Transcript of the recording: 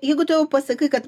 jeigu tu jau pasakai kad